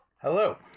Hello